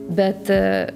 bet aaa